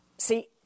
See